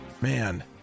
Man